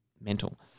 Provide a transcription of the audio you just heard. mental